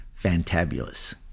fantabulous